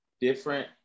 different